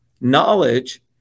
Knowledge